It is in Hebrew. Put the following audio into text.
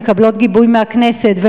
מקבלות גיבוי מהכנסת,